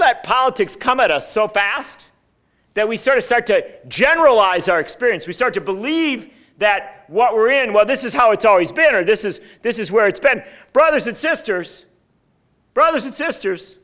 let politics come at us so fast that we sort of start to generalize our experience we start to believe that what we're in what this is how it's always been or this is this is where it's been brothers and sisters brothers and sisters